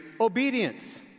obedience